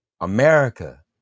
America